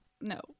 no